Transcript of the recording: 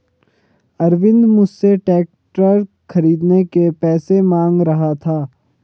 अरविंद मुझसे ट्रैक्टर खरीदने के पैसे मांग रहा था